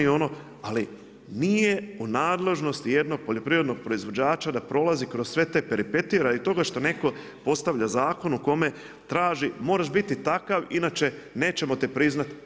Ali nije u nadležnosti jednog poljoprivrednog proizvođača da prolazi kroz sve te peripetije radi toga što netko postavlja zakon u kome traži, moraš biti takav inače nećemo te priznati.